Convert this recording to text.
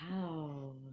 Wow